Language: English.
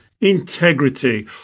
integrity